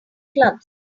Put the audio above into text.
clubs